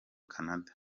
canada